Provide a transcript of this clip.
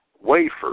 wafer